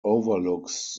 overlooks